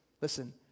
listen